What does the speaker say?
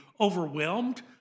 overwhelmed